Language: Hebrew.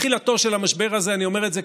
מתחילתו של המשבר הזה אני אומר את זה,